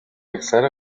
اکثر